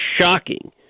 shocking